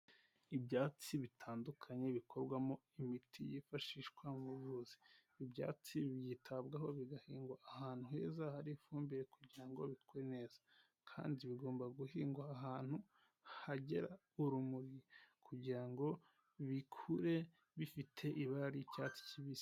Ibyatsi bitandukanye bikorwamo imiti yifashishwa mu buvuzi, ibyatsi biyitabwaho bigahingwa ahantu heza hari ifumbire kugira ngo bikure neza, kandi bigomba guhingwa ahantu hagera urumuri kugira ngo bikure bifite ibara ry'icyatsi kibisi.